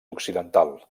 occidental